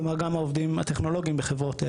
כלומר, גם העובדים הטכנולוגיים בחברות בנקים,